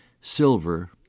silver